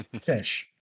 Fish